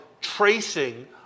tracing